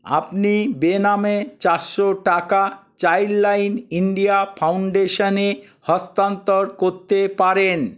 আপনি বেনামে চারশো টাকা চাইল্ডলাইন ইন্ডিয়া ফাউন্ডেশানে হস্তান্তর করতে পারেন